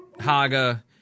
Haga